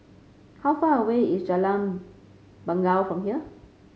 how far away is Jalan Bangau from here